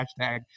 hashtag